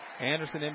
Anderson